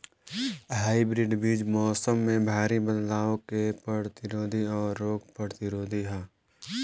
hybrid बीज मौसम में भारी बदलाव के प्रतिरोधी और रोग प्रतिरोधी ह